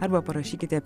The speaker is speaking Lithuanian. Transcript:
arba parašykite